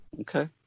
okay